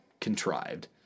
contrived